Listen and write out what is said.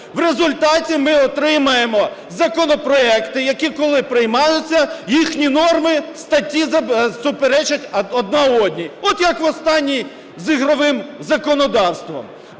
В результаті ми отримуємо законопроекти, які, коли приймаються їхні норми, статті суперечать одна одній. От як в останній з ігровим законодавством